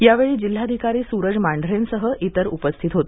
यावेळी जिल्हाधिकारी सूरज मांढरेंसह इतर उपस्थित होते